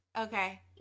Okay